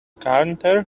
counter